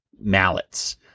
mallets